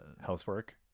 Housework